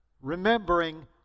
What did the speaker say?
remembering